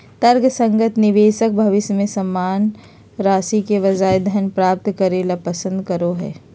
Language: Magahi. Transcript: तर्कसंगत निवेशक भविष्य में समान राशि के बजाय धन प्राप्त करे ल पसंद करो हइ